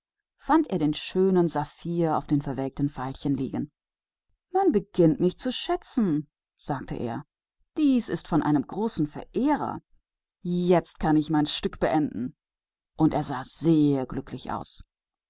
fand er den schönen saphir der auf den verblaßten veilchen lag man fängt an mich zu würdigen rief er aus das kommt sicher von einem großen bewunderer nun kann ich mein stück fertigschreiben und er sah ganz glücklich aus